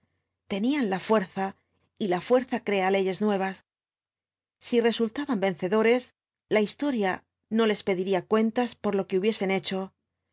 tenían la fuerza y la fuerza crea leyes nuevas si resultaban vencedores la historia no les pediría cuentas por lo que hubiesen hecho